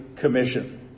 Commission